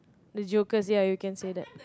the jokers ya you can say that